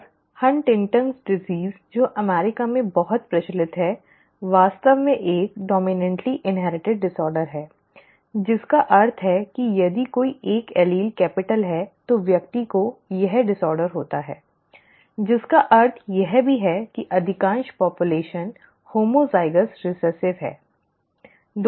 और हंटिंगटन की बीमारीHuntington's disease जो अमेरिका में बहुत प्रचलित है वास्तव में एक डॉम्इनॅन्टली इन्हेरिटिड विकार है जिसका अर्थ है कि यदि कोई एक एलील कैपिटल है तो व्यक्ति को वह विकार होता है जिसका अर्थ यह भी है कि अधिकांश आबादी हॉमॅज़ाइगॅस रिसेसिव है ठीक है